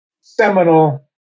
seminal